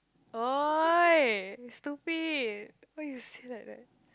!oi! stupid why you say like that